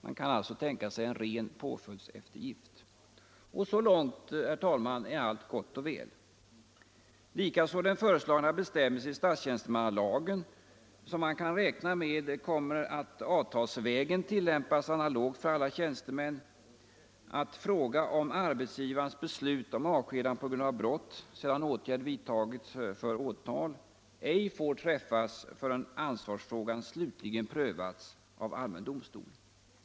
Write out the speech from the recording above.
Man kan alltså tänka sig en ren påföljdseftergift. Så långt är allt gott och väl. Detsamma gäller den föreslagna bestämmelsen i statstjänstemannalagen, som man kan räkna med kommer att avtalsvägen tillämpas analogt för alla tjänstemän, att arbetsgivarens beslut om avskedande på grund av brott, sedan åtgärd vidtagits för åtal, ej får träffas förrän ansvarsfrågan slutligen prövats av allmän domstol.